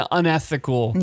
unethical